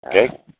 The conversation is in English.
Okay